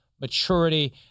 maturity